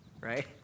right